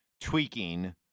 tweaking